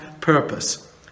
purpose